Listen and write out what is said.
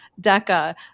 DECA